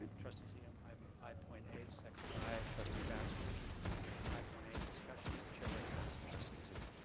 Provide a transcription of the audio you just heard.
and trustee zia, um item five point eight. second by trustee baxter on five point eight discussion. chair recognizes trustee zia.